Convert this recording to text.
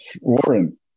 Warren